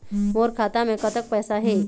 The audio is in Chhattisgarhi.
मोर खाता मे कतक पैसा हे?